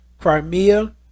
Crimea